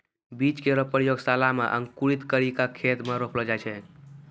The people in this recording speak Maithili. बीज केरो प्रयोगशाला म अंकुरित करि क खेत म रोपलो जाय छै